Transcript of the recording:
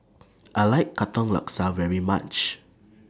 I like Katong Laksa very much